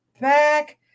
back